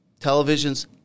televisions